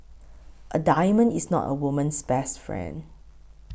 a diamond is not a woman's best friend